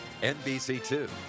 NBC2